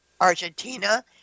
Argentina